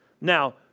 Now